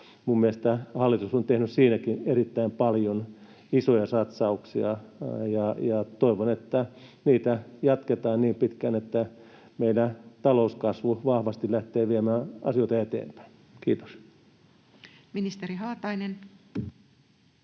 Minun mielestäni hallitus on tehnyt siinäkin erittäin paljon isoja satsauksia, ja toivon, että niitä jatketaan niin pitkään, että meidän talouskasvu vahvasti lähtee viemään asioita eteenpäin. — Kiitos. [Speech